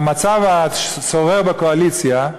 במצב השורר בקואליציה,